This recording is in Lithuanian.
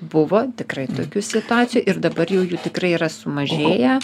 buvo tikrai tokių situacijų ir dabar jau jų tikrai yra sumažėję